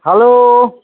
hello